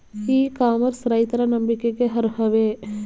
E commerce ರೈತರ ನಂಬಿಕೆಗೆ ಅರ್ಹವೇ?